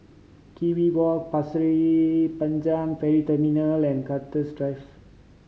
Kew Walk Pasir Panjang Ferry Terminal and Cactus Drive